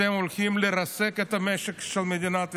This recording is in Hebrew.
אתם הולכים לרסק את המשק של מדינת ישראל.